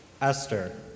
Esther